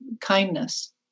kindness